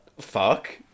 fuck